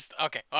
Okay